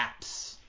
apps